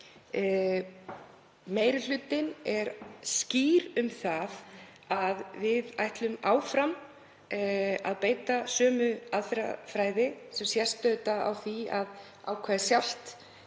meiri hlutinn er skýr um það að við ætlum áfram að beita sömu aðferðafræði sem sést auðvitað á því að ákvæðið sjálft